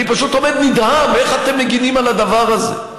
אני פשוט עומד נדהם איך אתם מגינים על הדבר הזה,